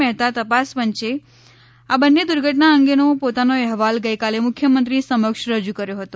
મહેતા તપાસ પંચે આ બંને દુર્ધટના અંગેનો પોતાનો અહેવાલ ગઇકાલે મુખ્યમંત્રી સમક્ષ રજૂ કર્યો હતો